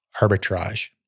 arbitrage